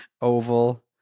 Oval